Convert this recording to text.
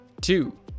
two